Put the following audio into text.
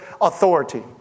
authority